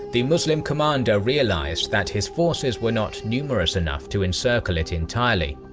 the muslim commander realised that his forces were not numerous enough to encircle it entirely.